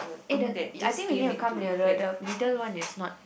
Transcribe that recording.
eh the I think we need to come nearer the middle one is not